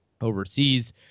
overseas